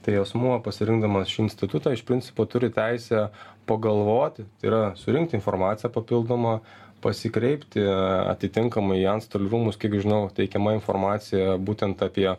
tai asmuo pasirinkdamas šį institutą iš principo turi teisę pagalvoti tai yra surinkti informaciją papildomą pasikreipti atitinkamai į antstolių rūmus kiek žinau teikiama informacija būtent apie